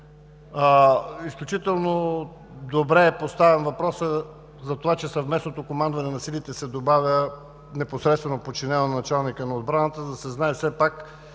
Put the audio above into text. Изключително добре е поставен въпросът, че Съвместното командване на силите се добавя непосредствено подчинено на Началника на отбраната, за да се знае все пак,